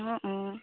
অঁ অঁ